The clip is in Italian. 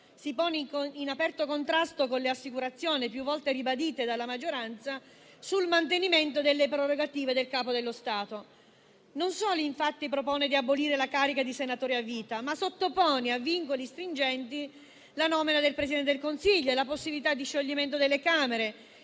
si pone in aperto contrasto con le rassicurazioni, più volte ribadite dalla maggioranza, sul mantenimento delle prerogative del Capo dello Stato. Non solo propone di abolire la carica di senatore a vita, ma sottopone anche a vincoli stringenti la nomina del Presidente della Repubblica e la possibilità di scioglimento delle Camere: